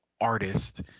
artist